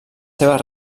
seves